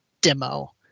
demo